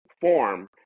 form